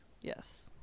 Yes